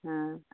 হুম